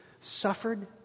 suffered